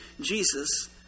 Jesus